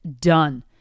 done